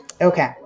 okay